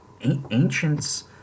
ancients